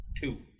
two